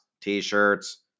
T-shirts